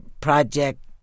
project